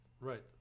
Right